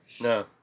No